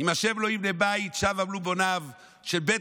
"אם השם לא יבנה בית, שווא עמלו בוניו"; בסוף,